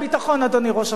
אדוני ראש הממשלה,